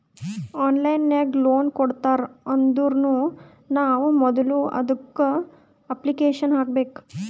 online ನಾಗ್ loan ಕೊಡ್ತಾರ್ ಅಂದುರ್ನು ನಾವ್ ಮೊದುಲ ಅದುಕ್ಕ ಅಪ್ಲಿಕೇಶನ್ ಹಾಕಬೇಕ್